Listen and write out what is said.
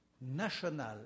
national